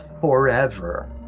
forever